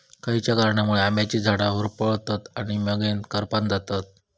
खयच्या कारणांमुळे आम्याची झाडा होरपळतत आणि मगेन करपान जातत?